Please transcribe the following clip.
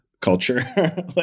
culture